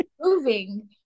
moving